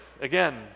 again